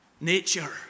nature